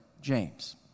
James